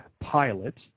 pilot